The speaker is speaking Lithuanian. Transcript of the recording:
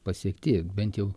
pasiekti bent jau